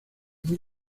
muy